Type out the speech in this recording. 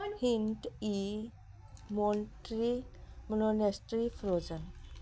hint ਈ ਮੋਟਰੀ ਮਨੋਨੈਸਟੀ ਫਿਰੋਜਨ